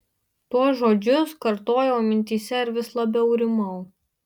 tuos žodžius kartojau mintyse ir vis labiau rimau